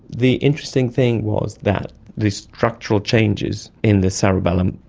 the interesting thing was that these structural changes in the cerebellum,